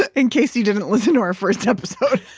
ah in case you didn't listen to our first episode.